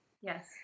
Yes